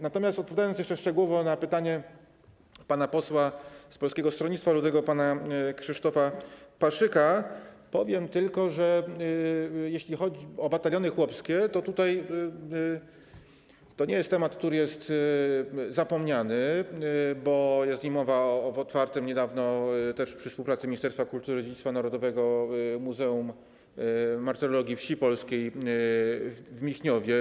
Natomiast odpowiadając jeszcze szczegółowo na pytanie posła z Polskiego Stronnictwa Ludowego pana Krzysztofa Paszyka powiem tylko, że jeśli chodzi o Bataliony Chłopskie, to nie jest to temat zapomniany, bo jest on poruszany w otwartym niedawno też przy współpracy Ministerstwa Kultury i Dziedzictwa Narodowego Muzeum Martyrologii Wsi Polskich w Michniowie.